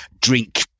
drink